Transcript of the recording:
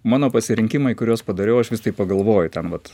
mano pasirinkimai kuriuos padariau aš vis taip pagalvoju ten vat